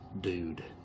dude